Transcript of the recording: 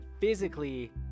physically